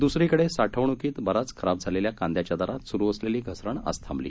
द्सरीकडे साठवण्कीत बराच खराब झालेल्या कांद्याच्या दरात सुरू असलेली घसरण आज थांबली